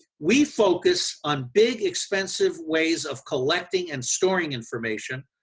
we focus on big, expensive ways of collecting and storing information,